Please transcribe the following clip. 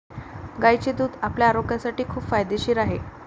गायीचे दूध आपल्या आरोग्यासाठी खूप फायदेशीर आहे